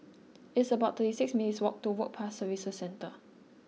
it's about thirty six minutes' walk to Work Pass Services Centre